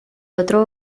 otro